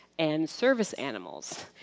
and service animals,